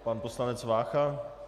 Pan poslanec Vácha.